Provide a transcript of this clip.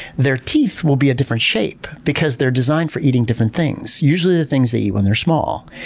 their teeth will be a different shape because they're designed for eating different things, usually the things they eat when they're small.